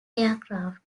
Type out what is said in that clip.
aircraft